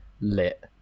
lit